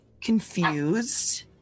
Confused